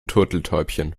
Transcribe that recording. turteltäubchen